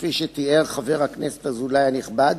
כפי שתיאר חבר הכנסת אזולאי הנכבד,